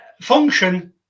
function